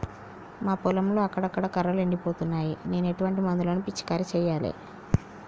మా పొలంలో అక్కడక్కడ కర్రలు ఎండిపోతున్నాయి నేను ఎటువంటి మందులను పిచికారీ చెయ్యాలే?